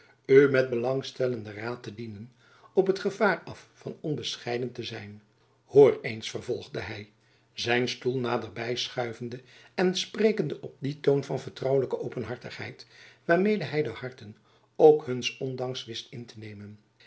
u met belangstellenden raad te dienen op het gevaar af van onbescheiden te zijn hoor eens vervolgde hy zijn stoel naderby schuivende en sprekende op dien toon van vertrouwelijke openhartigheid waarmede hy de harten ook huns ondanks wist in te nemen